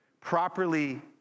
Properly